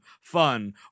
fun